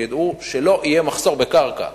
שידעו שלא יהיה מחסור בקרקע